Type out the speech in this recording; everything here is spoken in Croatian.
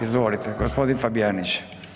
Izvolite gospodin Fabijanić.